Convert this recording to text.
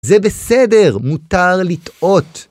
זה בסדר, מותר לטעות.